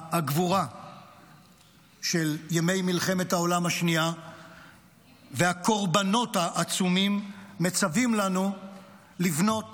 הגבורה של ימי מלחמת העולם השנייה והקורבנות העצומים מצווים לנו לבנות